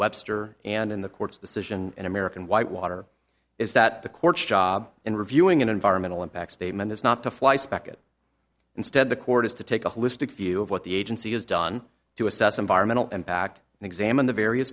webster and in the court's decision in american white water is that the court's job in reviewing an environmental impact statement is not to flyspeck it instead the court is to take a holistic view of what the agency has done to assess environmental impact and examine the various